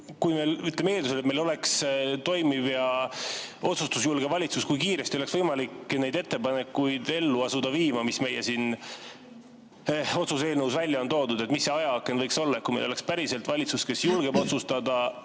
ajaakna kohta. Eeldusel, et meil oleks toimiv ja otsustusjulge valitsus, kui kiiresti oleks võimalik kõiki neid ettepanekuid ellu viima asuda, mis siin meie otsuse eelnõus välja on toodud? Mis see ajaaken võiks olla? Kui meil oleks päriselt valitsus, kes julgeb otsustada